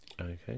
Okay